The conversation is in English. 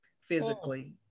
physically